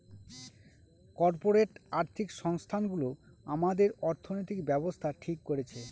corporate আর্থিক সংস্থানগুলো আমাদের অর্থনৈতিক ব্যাবস্থা ঠিক করছে